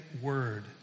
word